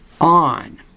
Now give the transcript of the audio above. on